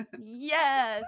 Yes